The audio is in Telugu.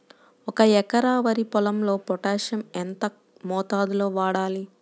ఒక ఎకరా వరి పొలంలో పోటాషియం ఎంత మోతాదులో వాడాలి?